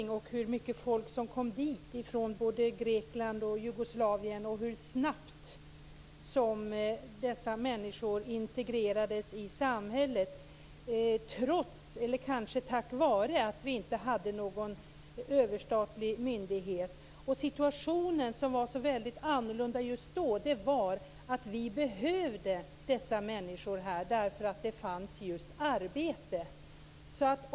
Jag tänker på hur mycket folk som kom dit från både Grekland och Jugoslavien och hur snabbt dessa människor integrerades i samhället, trots, eller kanske tack vare, att vi inte hade någon överstatlig myndighet. Situationen just då, som var så väldigt annorlunda, var att vi behövde dessa människor här därför att det fanns arbete.